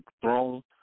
throne